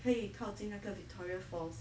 可以靠近那个 victoria falls